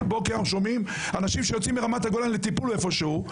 כל בוקר אנחנו שומעים על אנשים שיוצאים מרמת הגולן לטיפול איפשהו,